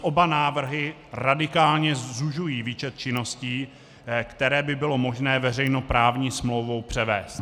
Navíc oba návrhy radikálně zužují výčet činností, které by bylo možné veřejnoprávní smlouvou převést.